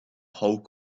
whole